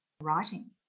writing